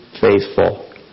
faithful